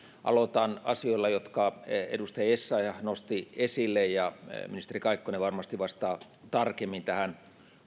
aloitan asioilla jotka edustaja essayah nosti esille ja ministeri kaikkonen varmasti vastaa tarkemmin tähän